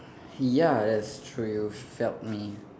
ya that's true you felt me